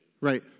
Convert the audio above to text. Right